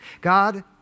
God